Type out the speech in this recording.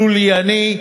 לולייני,